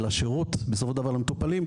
על השירות למטופלים.